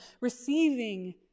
receiving